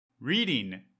Reading